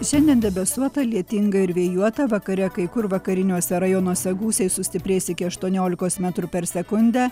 šiandien debesuota lietinga ir vėjuota vakare kai kur vakariniuose rajonuose gūsiai sustiprės iki aštuoniolikos metrų per sekundę